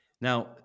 Now